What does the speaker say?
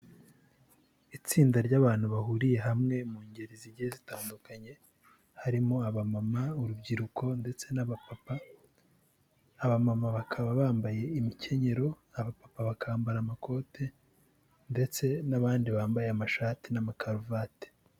Itsinda ry'abantu bahuriye hamwe mu ngeri zigiye zitandukanye, harimo aba mama, urubyiruko ndetse n'aba papa. Aba mama bakaba bambaye imikenyero, aba papa bakambara amakote ndetse n'abandi bambaye amashati n'amakaruvati.